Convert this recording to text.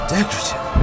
Decorative